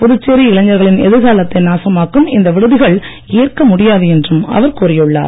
புதுச்சேரி இளைஞர்களின் எதிர்க்காலத்தை நாசமாக்கும் இந்த விடுதிகள் ஏற்க முடியாது என்றும் அவர் கூறியுள்ளார்